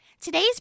today's